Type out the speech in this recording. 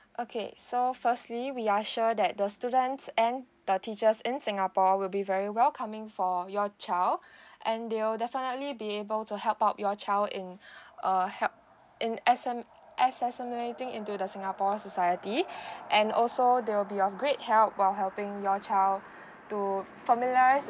okay so firstly we are sure that the students and the teachers in singapore will be very welcoming for your child and they'll definitely be able to help out your child in err help in into the singapore society and also they'll be of great help while helping your child to familiarize